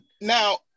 now